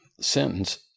sentence